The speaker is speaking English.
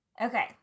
okay